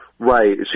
Right